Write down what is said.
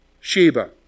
Sheba